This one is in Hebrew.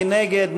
מי נגד?